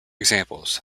examples